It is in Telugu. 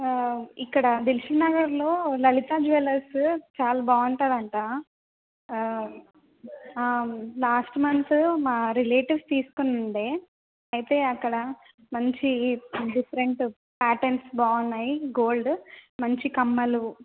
ఇక్కడ దీల్షుక్నగర్లో లలితా జూవలర్సు చాలా బాగుంటుందంట లాస్ట్ మంత్ మా రిలేటివ్స్ తీసుకొనుండే అయితే అక్కడ మంచి డిఫెరెంట్ ప్యాటర్న్స్ బాగున్నాయి గోల్డ్ మంచి కమ్మలు